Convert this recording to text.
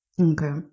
Okay